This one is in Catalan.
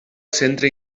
centre